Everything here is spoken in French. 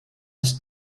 est